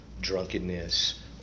drunkenness